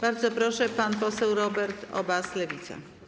Bardzo proszę, pan poseł Robert Obaz, Lewica.